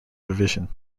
division